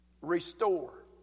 Restore